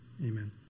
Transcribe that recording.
amen